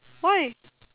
why